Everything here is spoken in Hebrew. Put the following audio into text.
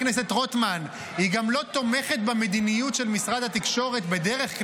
היא גם לא תומכת במדיניות של משרד התקשורת בדרך כלל,